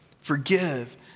Forgive